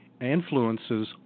influences